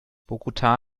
bogotá